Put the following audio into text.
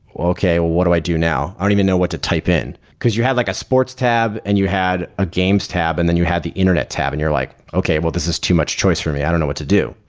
okay, what do i do now? i don't even know what to type in, because you have like a sports tab and you had a games tab and then you had the internet tab and you're like, okay, this is too much choice for me. i don't know what to do.